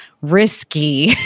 risky